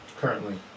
Currently